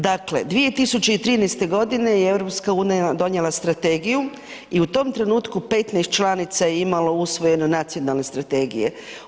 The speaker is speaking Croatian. Dakle, 2013. godine je EU donijela strategiju i u tom trenutku 15 članica je imalo usvojeno nacionalne strategije.